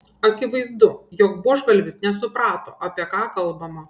akivaizdu jog buožgalvis nesuprato apie ką kalbama